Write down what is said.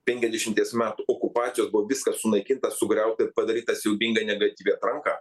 penkiasdešimties metų okupacijos buvo viskas sunaikinta sugriauta ir padaryta siaubingai negatyvi atranka